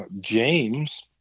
James